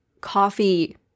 coffee